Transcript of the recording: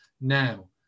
now